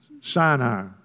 Sinai